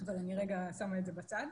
אבל אני רגע שמה את זה בצד.